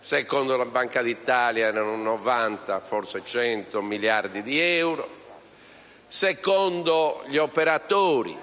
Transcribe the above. secondo la Banca d'Italia erano 90, forse 100 miliardi di euro e secondo gli operatori,